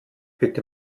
bitte